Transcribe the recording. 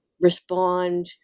respond